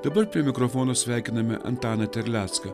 dabar prie mikrofono sveikiname antaną terlecką